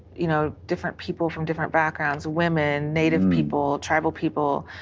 you know, different people from different backgrounds, women, native people, tribal people,